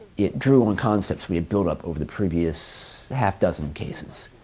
it drew on concepts we had built up over the previous half dozen cases.